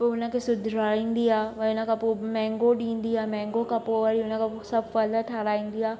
पोइ उन खे सुधाराईंदी आहे वरी इन खां पोइ मैंगो ॾींदी आहे मैंगो खां पोइ वरी उन खां पोइ सभु फल ठाराहींदी आहे